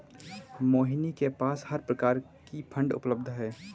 मोहिनी के पास हर प्रकार की फ़ंड उपलब्ध है